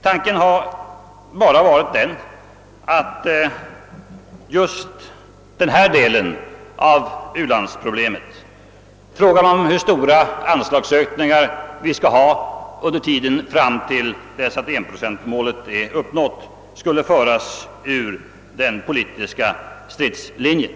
Tanken har bara varit den att just denna del av u-landsproblemet, alltså frågan om hur stora anslagsökningarna skall vara under tiden fram till dess att 1-procentsmålet är nått, skulle föras ut ur den politiska stridslinjen.